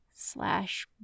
Slash